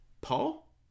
Paul